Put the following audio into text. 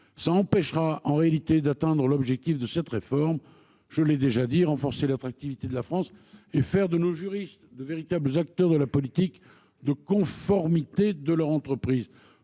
empêcherait d’atteindre l’objectif de cette réforme, à savoir – j’y insiste – renforcer l’attractivité de la France et faire de nos juristes de véritables acteurs de la politique de conformité de leur entreprise.